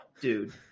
dude